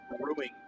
brewing